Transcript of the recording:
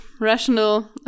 rational